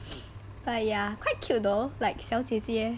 but ya quite cute though like 小姐姐